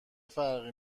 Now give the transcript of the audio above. فرقی